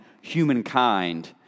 humankind